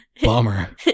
bummer